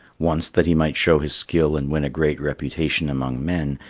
once, that he might show his skill and win a great reputation among men,